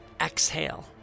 exhale